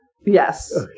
Yes